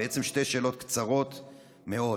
בעצם שתי שאלות קצרות מאוד: